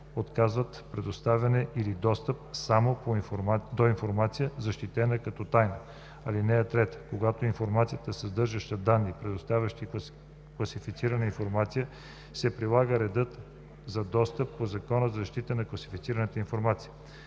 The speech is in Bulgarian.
отказва предоставяне или достъп само до информацията, защитена като тайна. (3) Когато информацията съдържа данни, представляващи класифицирана информация, се прилага редът за достъп по Закона за защита на класифицираната информация.“